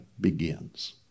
begins